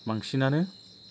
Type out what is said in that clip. बांसिनानो